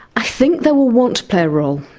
i think they will want to play a role,